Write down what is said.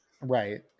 Right